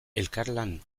elkarlan